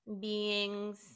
beings